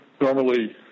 normally